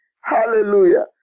Hallelujah